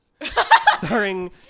starring